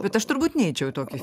bet aš turbūt neičiau į tokį